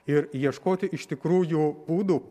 ir ieškoti iš tikrųjų būdų